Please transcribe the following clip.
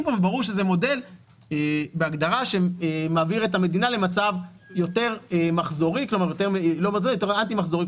פה וברור שזה מודל בהגדרה שמעביר את המדינה למצב יותר אנטי מחזורי,